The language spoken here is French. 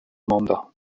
mandat